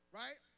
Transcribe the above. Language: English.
right